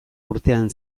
urtean